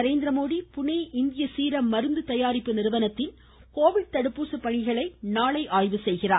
நரேந்திரமோடி புனே இந்திய சீரம் மருந்து தயாரிப்பு நிறுவனத்தில் கோவிட் தடுப்பூசி பணிகளை நாளை ஆய்வு செய்கிறார்